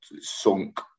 sunk